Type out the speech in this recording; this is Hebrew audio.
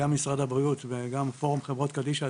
גם משרד הבריאות וגם פורום חברות קדישא,